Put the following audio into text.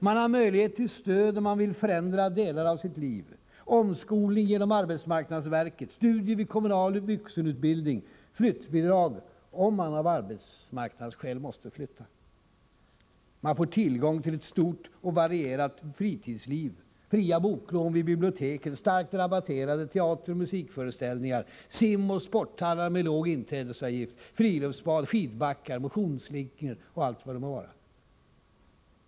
Man har möjlighet till stöd om man vill förändra delar av sitt liv: omskolning genom arbetsmarknadsverket, studier vid kommunal vuxenutbildning, flyttbidrag om man av arbetsmarknadsskäl måste flytta. Man får tillgång till ett stort och varierat fritidsliv, fria boklån på biblioteken, starkt rabatterade teateroch musikföreställningar, simoch sporthallar med låg inträdesavgift, friluftsbad, skidbackar, motionsslingor och allt vad det må vara.